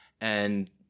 and-